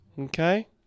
Okay